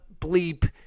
bleep